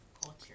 culture